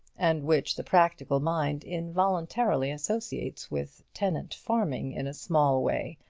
and which the practical mind involuntarily associates with tenant-farming in a small way,